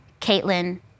Caitlin